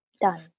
Done